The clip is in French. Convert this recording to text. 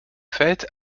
faite